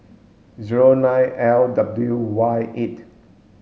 zero nine L W Y eight